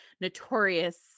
notorious